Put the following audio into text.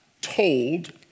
told